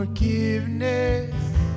Forgiveness